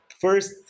First